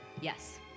Yes